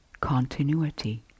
continuity